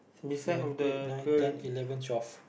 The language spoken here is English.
seven eight nine ten eleven twelve